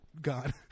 god